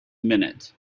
minute